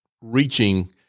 reaching